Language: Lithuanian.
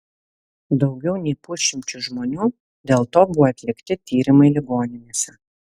daugiau nei pusšimčiui žmonių dėl to buvo atlikti tyrimai ligoninėse